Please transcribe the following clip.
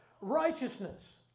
Righteousness